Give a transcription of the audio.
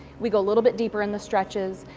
we go a little bit deeper in the stretches.